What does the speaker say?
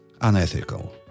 unethical